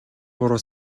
буруу